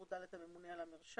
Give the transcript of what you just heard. הגורם הממונה הוא הממונה על המרשם.